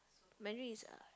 Mandarin is uh